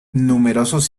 numerosos